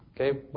Okay